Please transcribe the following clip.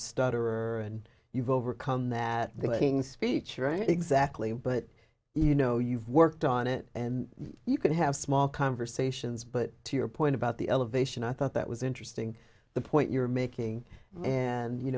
starter and you've overcome that they're working speech right exactly but you know you've worked on it and you can have small conversations but to your point about the elevation i thought that was interesting the point you're making and you